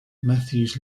matthews